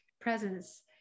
presence